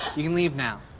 you can leave now.